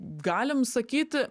galim sakyti